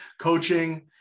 coaching